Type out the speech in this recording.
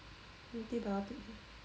antibiotics